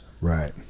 right